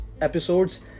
episodes